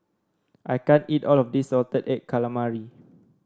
I can't eat all of this Salted Egg Calamari